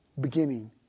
beginning